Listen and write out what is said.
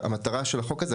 והמטרה של החוק הזה,